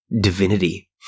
divinity